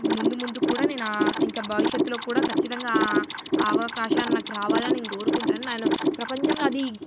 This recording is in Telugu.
ముందు ముందు కూడా నేను ఇంకా భవిష్యత్తులో కూడా ఖచ్చితంగా అవకాశ నాకు రావాలని నేను కోరుకుంటాను నను ప్రపంచంలో అది